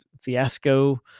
fiasco